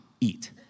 eat